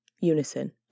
Unison